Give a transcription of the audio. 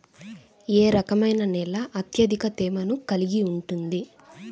ఏ రకమైన నేల అత్యధిక తేమను కలిగి ఉంటుంది?